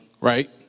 right